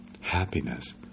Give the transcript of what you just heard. happiness